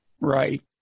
Right